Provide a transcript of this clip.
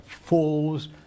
falls